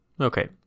Okay